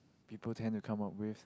people tend to come up with